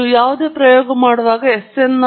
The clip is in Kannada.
ನಾವು ಎರಡು ವಿಷಯಗಳೊಂದಿಗೆ ಸಮಾಪ್ತಿ ಮಾಡುತ್ತೇವೆ